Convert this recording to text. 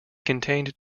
contained